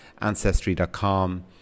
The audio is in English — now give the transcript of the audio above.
Ancestry.com